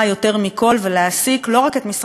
ולהעסיק לא רק את המשרד להגנת הסביבה